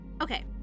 Okay